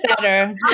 better